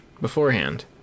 beforehand